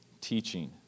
Teaching